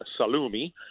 salumi